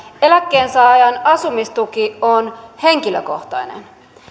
eläkkeensaajan asumistuki on henkilökohtainen